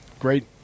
Great